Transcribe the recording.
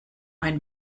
ein